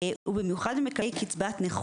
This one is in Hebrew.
מבלי לשלם כסף?